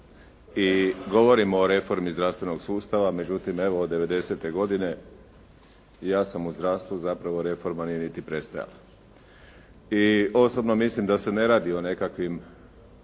i govorimo o reformi zdravstvenog sustava, međutim evo od '90. godine ja sam u zdravstvu, zapravo reforma nije niti prestajala. I osobno mislim da se ne radi o nekakvim